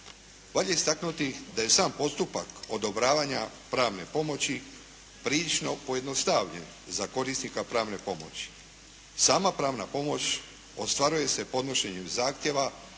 Valja istaknuti da je sam postupak odobravanja pravne pomoći prilično pojednostavljen za korisnika pravne pomoći. Sama pravna pomoć ostvaruje se podnošenjem zahtjeva